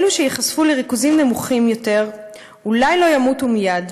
אלו שייחשפו לריכוזים נמוכים יותר אולי לא ימותו מייד,